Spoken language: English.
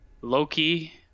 Loki